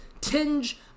tinge